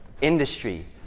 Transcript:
Industry